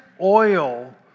oil